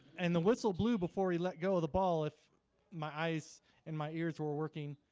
and the whistle blew before he let go of the ball if my eyes and my ears were working